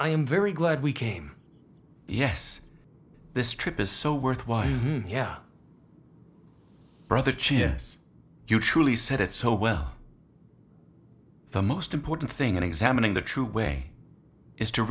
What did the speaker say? i am very glad we came yes this trip is so worthwhile yeah brother cheer us you truly said it so well the most important thing in examining the true way is to